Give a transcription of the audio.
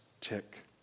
tick